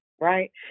right